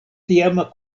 tiama